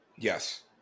Yes